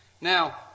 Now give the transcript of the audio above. Now